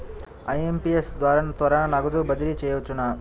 IMPS ద్వారా త్వరగా నగదు బదిలీ చేయవచ్చునా?